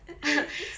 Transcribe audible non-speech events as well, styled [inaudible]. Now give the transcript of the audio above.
[laughs]